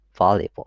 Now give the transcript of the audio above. volleyball